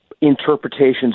interpretations